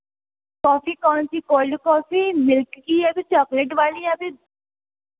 coffee कौन सी cold coffee milk की या चॉकलेट वाली या फिर